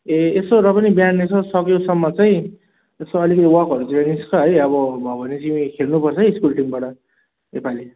ए यसो र पनि बिहान यसो सकेसम्म चाहिँ यसो अलिकति वकहरूतिर निस्क है अब भयो भने तिमी खेल्नुपर्छ है स्कुल टिमबाट योपालि